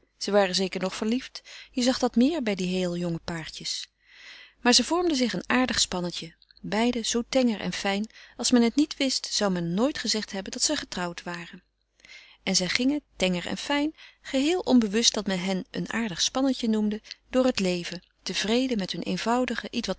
ze waren zeker nog verliefd je zag dat meer bij die heele jonge paartjes maar ze vormden toch een aardig spannetje beiden zoo tenger en fijn als men het niet wist zou men nooit gezegd hebben dat ze getrouwd waren en zij gingen tenger en fijn geheel onbewust dat men hen een aardig spannetje noemde door het leven tevreden met hunne eenvoudige